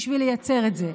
בשביל לייצר את זה,